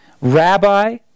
Rabbi